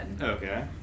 Okay